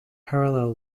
parallel